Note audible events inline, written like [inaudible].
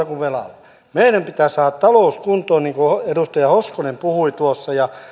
[unintelligible] kuin velalla meidän pitää saada talous kuntoon niin kuin edustaja hoskonen puhui tuossa ja